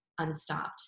unstopped